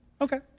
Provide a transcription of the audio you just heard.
Okay